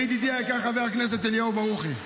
לידידי היקר חבר הכנסת אליהו ברוכי,